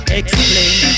explain